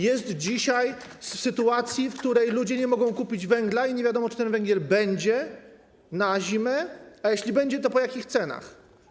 Jest dzisiaj w sytuacji, w której ludzie nie mogą kupić węgla i nie wiadomo, czy ten węgiel będzie na zimę, a jeśli będzie, to po jakich cenach.